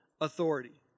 authority